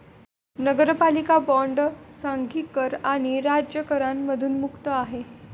नगरपालिका बॉण्ड सांघिक कर आणि राज्य करांमधून मुक्त आहे